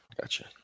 Gotcha